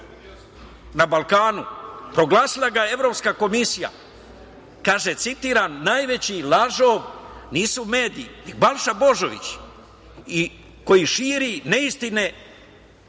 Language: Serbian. na Balkanu. Proglasila ga Evropska komisija, kaže, citiram - najveći lažov, nisu mediji, Balša Božović koji širi neistine